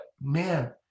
man